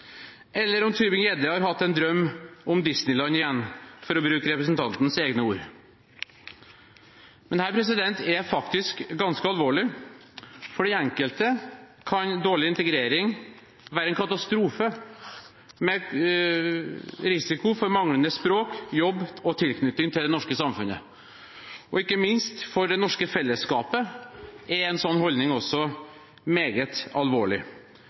eller om Tybring-Gjedde har hatt en drøm om Disneyland igjen, for å bruke representantens egne ord. Dette er faktisk ganske alvorlig. For de enkelte kan dårlig integrering være en katastrofe med risiko for manglende språk, jobb og tilknytning til det norske samfunnet. Ikke minst for det norske fellesskapet er en slik holdning også meget alvorlig.